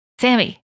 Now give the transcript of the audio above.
Sammy